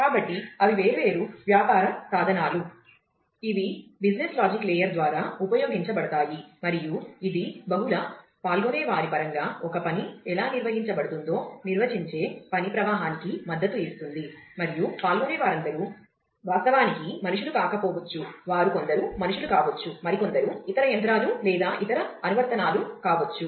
కాబట్టి అవి వేర్వేరు వ్యాపార సాధనాలు ఇవి బిజినెస్ లాజిక్ లేయర్ ద్వారా ఉపయోగించబడతాయి మరియు ఇది బహుళ పాల్గొనేవారి పరంగా ఒక పని ఎలా నిర్వహించబడుతుందో నిర్వచించే పని ప్రవాహానికి మద్దతు ఇస్తుంది మరియు పాల్గొనే వారందరూ వాస్తవానికి మనుషులు కాకపోవచ్చు వారు కొందరు మనుషులు కావచ్చు మరికొందరు ఇతర యంత్రాలు లేదా ఇతర అనువర్తనాలు కావచ్చు